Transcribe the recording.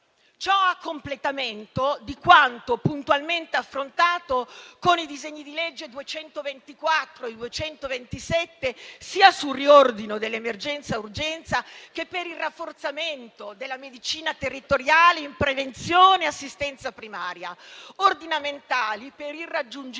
Ciò a completamento di quanto puntualmente affrontato con i disegni di legge nn. 224 e 227, sia sul riordino dell'emergenza-urgenza, sia per il rafforzamento della medicina territoriale in prevenzione e assistenza primaria, ordinamentali per il raggiungimento